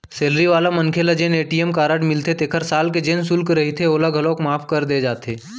salary वाला मनखे ल जेन ए.टी.एम कारड मिलथे तेखर साल के जेन सुल्क रहिथे ओला घलौक माफ कर दे जाथे